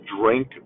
drink